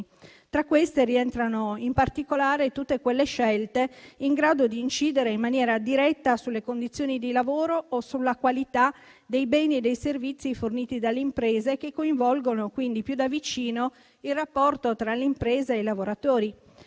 Tra queste rientrano, in particolare, tutte quelle scelte in grado di incidere in maniera diretta sulle condizioni di lavoro o sulla qualità dei beni e dei servizi forniti dalle imprese, che coinvolgono quindi più da vicino il rapporto tra le imprese e i lavoratori.